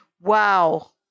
Wow